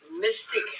Mystic